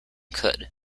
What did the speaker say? could